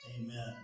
Amen